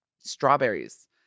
strawberries